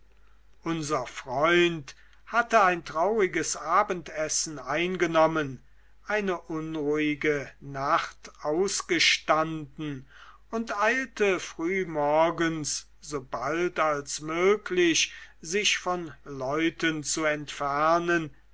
unser freund hatte ein trauriges abendessen eingenommen eine unruhige nacht ausgestanden und eilte frühmorgens so bald als möglich sich von leuten zu entfernen